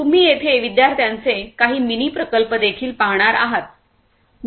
तुम्ही येथे विद्यार्थ्यांचे काही मिनी प्रकल्पदेखील पाहणार आहात